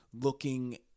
looking